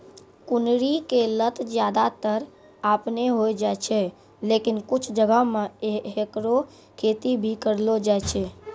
कुनरी के लत ज्यादातर आपनै होय जाय छै, लेकिन कुछ जगह मॅ हैकरो खेती भी करलो जाय छै